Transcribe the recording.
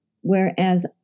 whereas